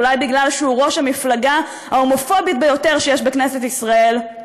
אולי בגלל שהוא ראש המפלגה ההומופובית ביותר שיש בכנסת ישראל,